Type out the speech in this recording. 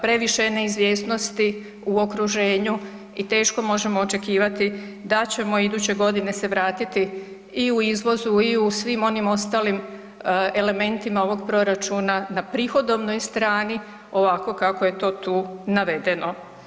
Previše je neizvjesnosti u okruženju i teško možemo očekivati da ćemo iduće godine se vratiti i u izvozu i u svim onim ostalim elementima ovog proračuna na prihodovnoj strani ovako kako je to tu navedeno.